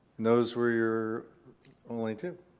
those were your only two.